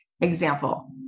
Example